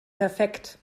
perfekt